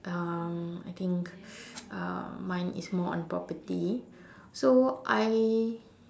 um I think uh mine is more on property so I